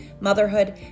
motherhood